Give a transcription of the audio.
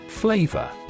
Flavor